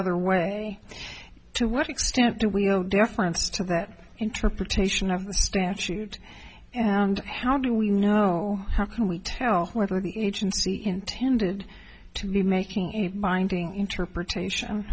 other way to what extent do we owe deference to that interpretation of the statute and how do we know how can we tell whether the agency intended to be making a binding interpretation